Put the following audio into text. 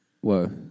Whoa